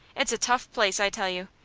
it's a tough place, i tell you.